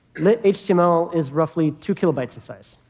lit-html is roughly two kilobytes of size.